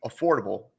affordable